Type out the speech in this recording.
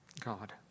God